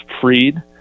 freed